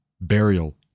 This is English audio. Burial